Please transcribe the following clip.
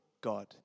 God